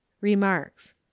remarks